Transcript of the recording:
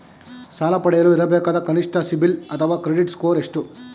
ಸಾಲ ಪಡೆಯಲು ಇರಬೇಕಾದ ಕನಿಷ್ಠ ಸಿಬಿಲ್ ಅಥವಾ ಕ್ರೆಡಿಟ್ ಸ್ಕೋರ್ ಎಷ್ಟು?